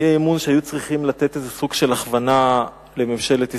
שהיו צריכים לתת איזה סוג של הכוונה לממשלת ישראל,